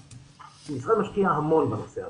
המשרד משקיע המון בנושא הזה.